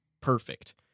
perfect